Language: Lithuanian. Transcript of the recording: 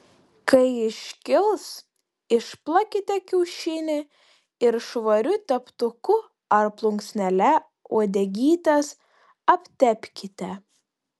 kai iškils išplakite kiaušinį ir švariu teptuku ar plunksnele uodegytes aptepkite